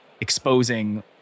exposing